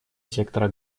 сектора